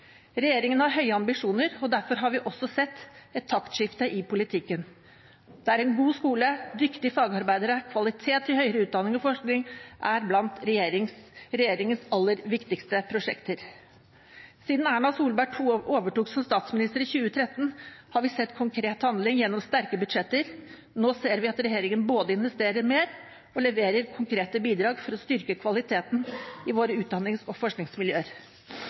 Regjeringen har høye ambisjoner, og derfor har vi også sett et taktskifte i politikken der en god skole, dyktige fagarbeidere og kvalitet i høyere utdanning og forskning er blant regjeringens aller viktigste prosjekter. Siden Erna Solberg overtok som statsminister i 2013, har vi sett konkret handling gjennom sterke budsjetter. Nå ser vi at regjeringen både investerer mer og leverer konkrete bidrag for å styrke kvaliteten i våre utdannings- og forskningsmiljøer.